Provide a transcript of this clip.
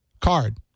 card